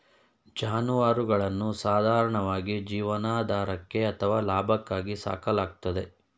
ಜಾನುವಾರುಗಳನ್ನು ಸಾಧಾರಣವಾಗಿ ಜೀವನಾಧಾರಕ್ಕೆ ಅಥವಾ ಲಾಭಕ್ಕಾಗಿ ಸಾಕಲಾಗ್ತದೆ